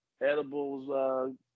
Edible's